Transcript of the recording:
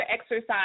exercise